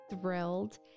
thrilled